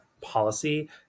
policy